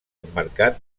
emmarcat